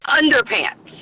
underpants